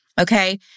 okay